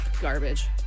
garbage